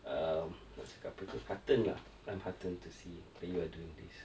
um nak cakap apa tu heartened lah I'm heartened to see that you are doing this